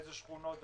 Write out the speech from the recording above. באילו שכונות וכולי.